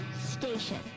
station